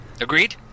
Agreed